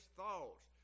thoughts